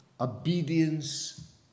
obedience